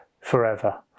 forever